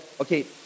okay